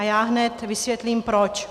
Já hned vysvětlím proč.